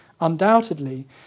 Undoubtedly